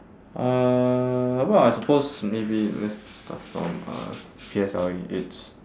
uh what are supposed maybe let's start from uh P_S_L_E it's